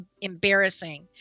embarrassing